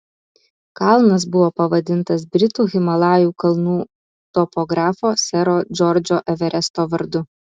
kalnas buvo pavadintas britų himalajų kalnų topografo sero džordžo everesto vardu